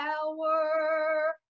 power